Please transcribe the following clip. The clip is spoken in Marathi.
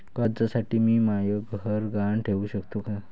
कर्जसाठी मी म्हाय घर गहान ठेवू सकतो का